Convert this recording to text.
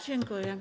Dziękuję.